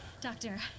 Doctor